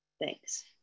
Thanks